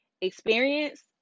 experience